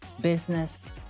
business